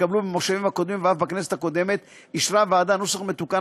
והתקבלו במושבים הקודמים ואף בכנסת הקודמת אישרה הוועדה נוסח מתוקן,